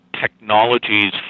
technologies